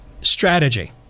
strategy